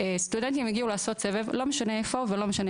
שסטודנטים הגיעו לעשות סבב לא משנה איפה ולא משנה